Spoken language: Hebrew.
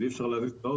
ואי אפשר להזיז אותו.